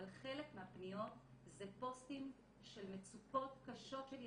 אבל חלק מהפניות זה פוסטים של מצוקות קשות של ילדים,